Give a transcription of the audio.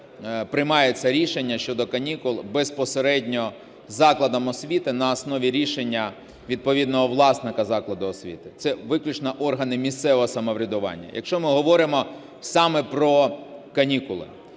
приймається рішення щодо канікул безпосередньо закладом освіти на основі рішення відповідного власника закладу освіти. Це виключно органи місцевого самоврядування, якщо ми говоримо саме про канікули.